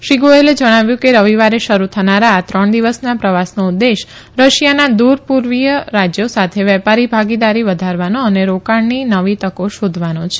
શ્રી ગોયલે જણાવ્યું હતું કે રવિવારે શરૂ થનારા આ ત્રણ દિવસના પ્રવાસનો ઉદૃશ રશિયાના દુરના પુર્વીય રાજયો સાથે વેપારી ભાગીદારી વધારવાનો અને રોકાણની નવી તકો શોંધવાનો છે